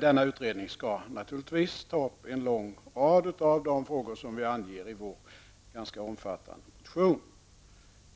Denna utredning skall naturligtvis ta upp en lång rad av de frågor som anges i vår ganska omfattande motion.